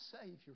Savior